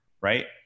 right